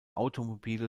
automobile